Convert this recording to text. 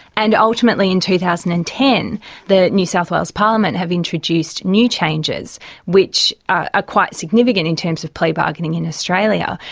and ultimately in two thousand and ten the new south wales parliament have introduced new changes which are ah quite significant in terms of plea bargaining in australia,